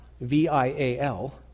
V-I-A-L